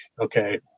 okay